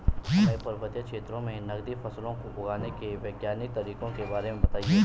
हमें पर्वतीय क्षेत्रों में नगदी फसलों को उगाने के वैज्ञानिक तरीकों के बारे में बताइये?